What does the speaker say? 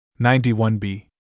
91b